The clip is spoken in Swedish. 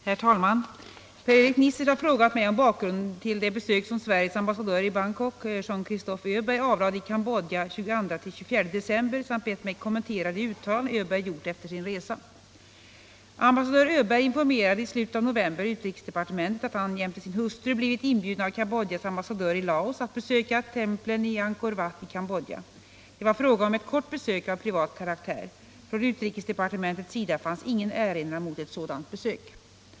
Herr talman! Per-Erik Nisser har frågat mig om bakgrunden till det besök som Sveriges ambassadör i Bangkok, Jean-Christophe Öberg, avlade i Cambodja den 22-24 december samt bett mig kommentera de uttalanden Öberg gjort efter sin resa. Ambassadör Öberg informerade i slutet av november utrikesdepartementet, att han jämte sin hustru blivit inbjuden av Cambodjas ambassadör i Laos att besöka templen i Angkor Wat i Cambodja. Det var fråga om ett kort besök av privat karaktär. Från utrikesdepartementets sida fanns ingen erinran mot ett sådant besök.